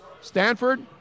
Stanford